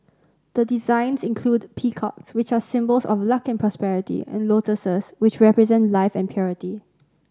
the designs include peacocks which are symbols of luck and prosperity and lotuses which represent life and purity